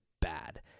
bad